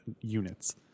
units